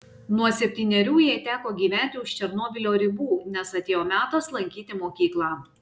nuo septynerių jai teko gyventi už černobylio ribų nes atėjo metas lankyti mokyklą